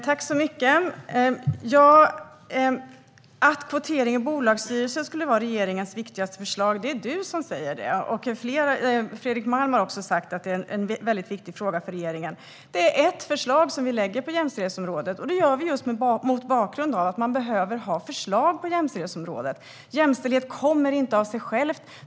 Herr talman! Att kvotering till bolagsstyrelser skulle vara regeringens viktigaste förslag är det du som säger, Elisabeth Svantesson. Fredrik Malm har också sagt att det är en väldigt viktig fråga för regeringen. Det är ett förslag vi lägger fram på jämställdhetsområdet, och vi gör det just mot bakgrund av att man behöver ha förslag på jämställdhetsområdet. Jämställdhet kommer inte av sig självt.